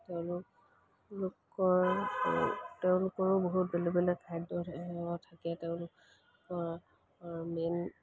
তেওঁলোক লোকৰ তেওঁলোকৰো বহুত বেলেগ বেলেগ খাদ্য থাকে তেওঁলোকৰ মেইন